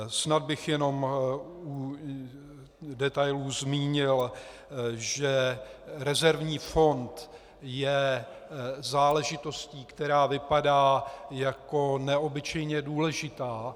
Snad bych jenom v detailu zmínil, že rezervní fond je záležitostí, která vypadá jako neobyčejně důležitá.